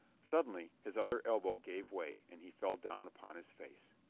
suddenly his other elbow gave way and he fell down upon his face.